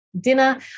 dinner